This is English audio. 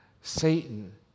Satan